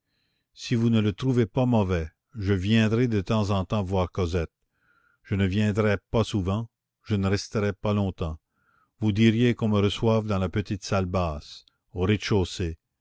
si vous ne le trouvez pas mauvais je viendrai de temps en temps voir cosette je ne viendrais pas souvent je ne resterais pas longtemps vous diriez qu'on me reçoive dans la petite salle basse au rez-de-chaussée